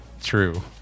True